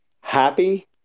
happy